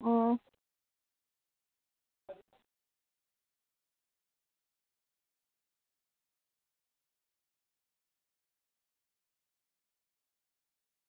अं